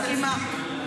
מסכימה.